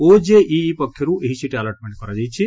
OJEE ପକ୍ଷରୁ ଏହି seat allotment କରାଯାଇଛି